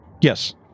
Yes